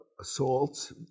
assaults